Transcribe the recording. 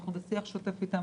אנחנו בשיח שוטף אתם,